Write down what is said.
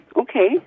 Okay